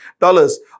dollars